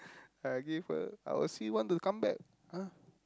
I give her I'll see want to come back !huh!